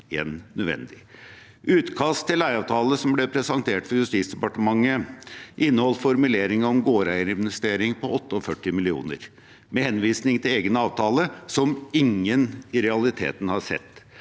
enn nødvendig. Utkastet til leieavtale som ble presentert for Justisdepartementet, inneholdt formuleringer om en gårdeierinvestering på 48 mill. kr og henvisning til en egen avtale som ingen i realiteten har sett.